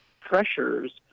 pressures